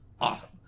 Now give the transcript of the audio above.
awesome